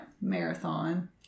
marathon